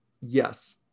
Yes